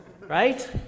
right